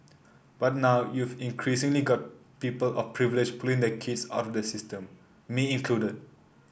but now you've increasingly got people of privilege pulling their kids out of that system me included